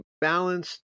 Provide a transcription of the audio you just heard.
balanced